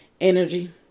energy